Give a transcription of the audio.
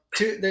two